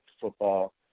football